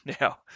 Now